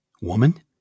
woman